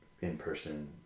in-person